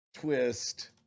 Twist